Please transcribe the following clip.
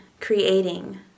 creating